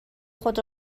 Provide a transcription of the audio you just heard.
خود